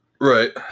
Right